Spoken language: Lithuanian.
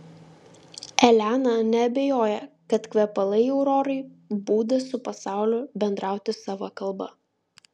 elena neabejojo kad kvepalai aurorai būdas su pasauliu bendrauti sava kalba